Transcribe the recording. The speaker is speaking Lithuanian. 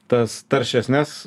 tas taršesnes